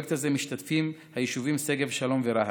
בפרויקט הזה משתתפים היישובים שגב שלום ורהט,